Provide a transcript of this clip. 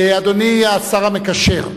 אדוני השר המקשר,